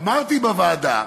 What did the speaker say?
אמרתי בוועדה